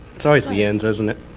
it's always the ends, isn't it?